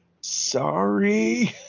sorry